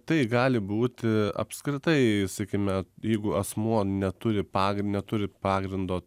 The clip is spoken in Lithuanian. tai gali būti apskritai sakykime jeigu asmuo neturi pagrin neturi pagrindo